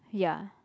ya